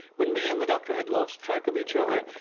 when me and the doctor had lost track of each other,